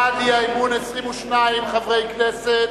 בעד האי-אמון, 22 חברי כנסת,